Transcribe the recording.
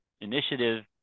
initiative